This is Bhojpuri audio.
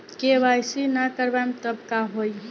के.वाइ.सी ना करवाएम तब का होई?